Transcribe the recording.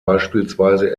beispielsweise